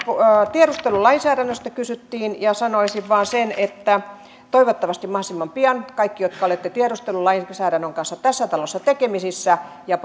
tiedustelulainsäädännöstä kysyttiin ja sanoisin vain sen että toivottavasti se saadaan mahdollisimman pian kaikkia teitä jotka olette tiedustelulainsäädännön kanssa tässä talossa tekemisissä ja